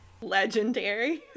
Legendary